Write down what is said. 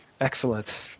Excellent